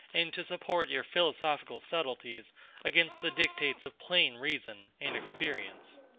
and to support your philosophical subtleties against the dictates of plain reason and experience.